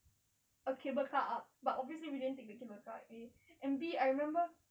A cable car up but obviously we didn't take the cable car okay and B I remember